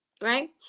right